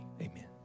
Amen